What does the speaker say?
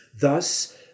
Thus